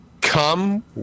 come